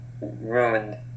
ruined